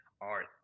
Art